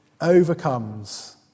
overcomes